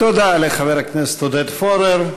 תודה לחבר הכנסת עודד פורר.